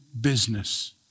business